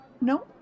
No